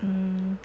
um